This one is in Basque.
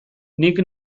nik